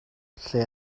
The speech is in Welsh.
lle